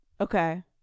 Okay